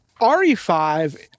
RE5